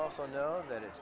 also know that it's